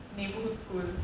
neighbourhood schools